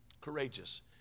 Courageous